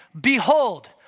behold